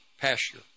pasture